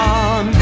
on